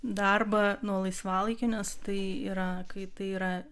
darbą nuo laisvalaikio nes tai yra kai tai yra